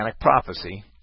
prophecy